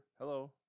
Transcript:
Hello